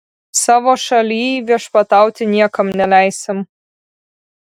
savo šalyj viešpatauti niekam neleisim